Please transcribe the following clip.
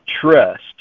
trust